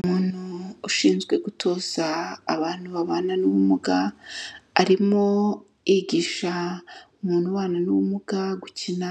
Umuntu ushinzwe gutoza abantu babana n'ubumuga, arimo yigisha umuntu ubana n'ubumuga gukina